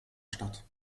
statt